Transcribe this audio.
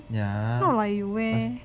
not like you wear